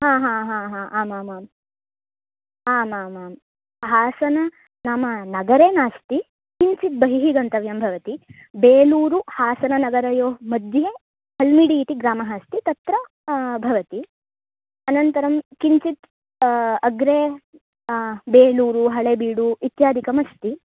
हा हा हा हा आमामाम् आमामां हासन नाम नगरे नास्ति किञ्चिद् बहिः गन्तव्यं भवति बेलूरुहासननगरयोः मध्ये हल्मिडी इति ग्रामः अस्ति तत्र भवति अनन्तरं किञ्चित् अग्रे बेलूरु हळेबीडु इत्यादिकमस्ति